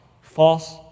false